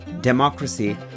democracy